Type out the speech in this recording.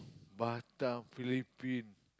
Batam Philippines